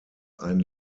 ein